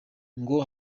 ngo